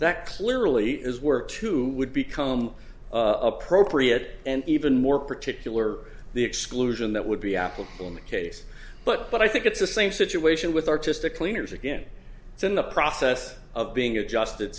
that clearly is work to would become appropriate and even more particular the exclusion that would be applicable in the case but but i think it's the same situation with artistic cleaners again it's in the process of being adjusted